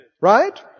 Right